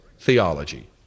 theology